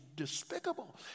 despicable